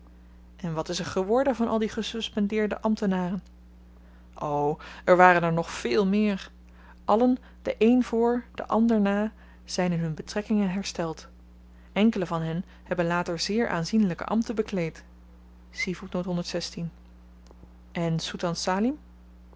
en wat is er geworden van al die gesuspendeerde ambtenaren o er waren er nog veel meer allen de een voor de ander na zyn in hun betrekkingen hersteld enkelen van hen hebben later zeer aanzienlyke ambten bekleed en